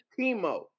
chemo